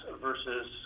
versus